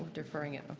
deferring it.